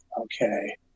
Okay